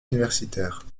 universitaire